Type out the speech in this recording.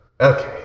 Okay